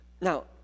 Now